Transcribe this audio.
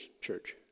church